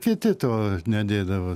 kiti to nedėdavo